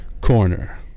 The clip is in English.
Corner